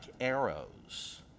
arrows